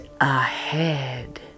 ahead